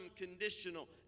unconditional